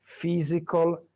physical